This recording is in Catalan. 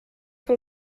que